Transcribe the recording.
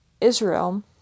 Israel